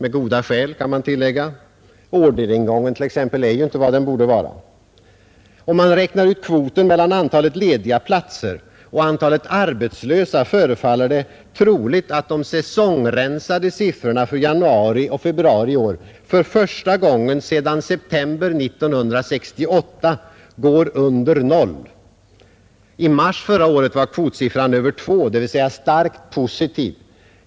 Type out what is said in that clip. På goda grunder, kan man tillägga. Orderingången t.ex. är ju inte vad den borde vara. Om man vidare räknar ut kvoten mellan antalet lediga platser och antalet arbetslösa och därvid använder säsongrensade siffror förefaller det troligt att kvoten för januari och februari i år för första gången sedan september 1968 går under noll. I mars förra året var kvotsiffran över två, dvs. starkt positiv.